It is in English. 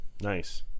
nice